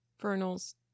Vernal's